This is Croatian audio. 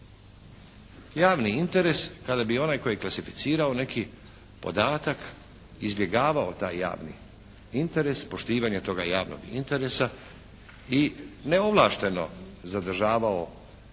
javni interes kada bi onaj koji je klasificirao neki podatak izbjegavao taj javni interes, poštivanje tog javnog interesa i neovlašteno zadržavao određeni